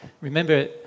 Remember